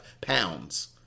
pounds